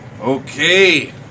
Okay